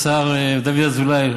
השר דוד אזולאי,